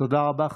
תודה רבה.